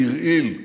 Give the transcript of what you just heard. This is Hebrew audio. הוא הרעיל,